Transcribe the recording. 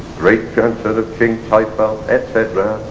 great-grandson of king teithfallt etc,